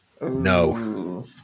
No